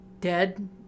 dead